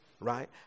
right